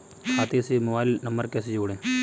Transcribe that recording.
खाते से mobile number कैसे जोड़ें?